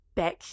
Back